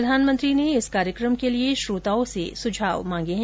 प्रधानमंत्री ने इस कार्यक्रम के लिए श्रोताओं के सुझाव मांगे हैं